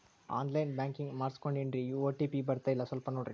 on line banking ಮಾಡಿಸ್ಕೊಂಡೇನ್ರಿ OTP ಬರ್ತಾಯಿಲ್ಲ ಸ್ವಲ್ಪ ನೋಡ್ರಿ